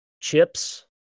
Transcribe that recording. chips